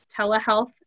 telehealth